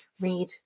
read